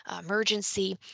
emergency